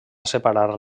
separar